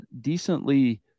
decently